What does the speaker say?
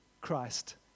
Christ